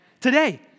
Today